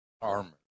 armor